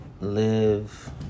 live